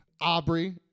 Aubrey